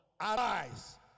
Arise